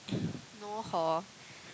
no hor